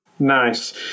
Nice